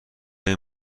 این